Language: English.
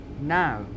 Now